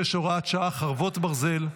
66, הוראת שעה, חרבות ברזל)